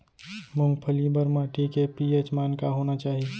मूंगफली बर माटी के पी.एच मान का होना चाही?